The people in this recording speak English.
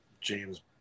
James